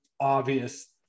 obvious –